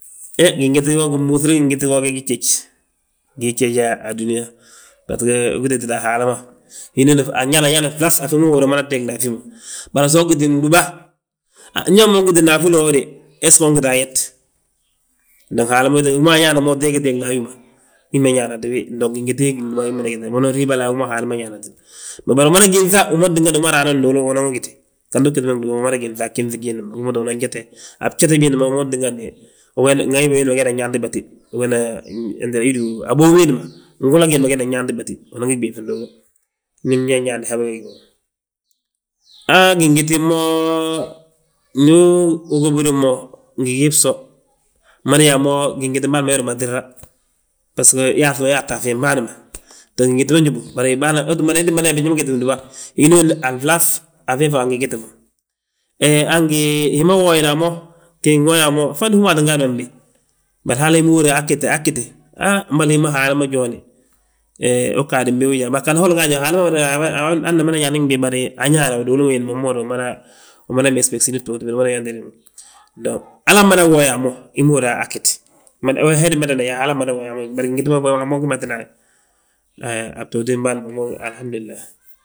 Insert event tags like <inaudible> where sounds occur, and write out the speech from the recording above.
gimúŧiri gingiti go gii jjéj, gii jjéj a dúniyaa, basgo wil títa a Haala ma hínooni anñaana ñaani fraŧ a fi ma húrin yaa umada teegle a fi ma. Bari so ugiti gdúba, ha ndu uyaa so ugiti nafúl wo de, hesgo ungita ayet? nda Haala ma wi ma añaana mo ujang a teega a wi ma, wi ma hi ñaanati wi. Dong ginti undúba, wii mmada gitile unan riibale, a wi ma Haala ma ñaanatini. Bari umada gínŧa wi ma tíngani wi ma raanan nduulu umada, unan wi giti, ganti ugiti mo gdúba, umada gínŧi a ginŧi giindi ma unan giti. A bjete biindi ma wi ma tingani, ŋayibo wiindi ma geenan yaanti batí, ugeenan wentele widu abów wiindi ma, ngula giindi ma geenan yaanti batí. Unangi ɓéŧ nduulu, ndi ñe nyaande habe wi gíw. Haa gin gitin mo, ndu ugóbir mo ngi gii bso, mada yaa mo gingiti ma mada matirra, bbasgo yaaŧi ma yaata a fiin bâan ma. Dong gingiti ma ñóbu, bari bâan ma ii tti mada yaa, biñaŋ ma giti bindúba, hinooni a laaŧ a fee fi angi giti mo. He han, ngi hi ma wooyini a mo, ginwoya a mo, fondi umaa tti gaadi mo mbii. Bari hal hi ma húri yaa, aa ggiti, aa ggiti, haa mboli hi ma Haala ma jooni. Uu ggaadi mbii, bari holla gaaj Haala ma mada yaa <unintelligible> ana mada ñaani mbii bari, añaana uduulu wiindi ma wi ma húrin yaa umada, megsi megsini btooti biindi ma, umada. <unintelligible> Halaa mmada wooye a mo hi ma húri yaa aa ggíti, héde mmadana yaa halaa mmada wooye, bari gingiti ma a mo we martir ndaani a btootim bâan ma mo halhamúdulay.